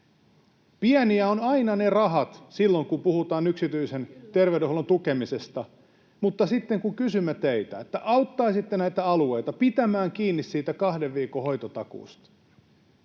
Pieniä ovat aina ne rahat silloin, kun puhutaan yksityisen terveydenhuollon tukemisesta, mutta sitten kun kysymme teiltä, että auttaisitte näitä alueita pitämään kiinni siitä kahden viikon hoitotakuusta,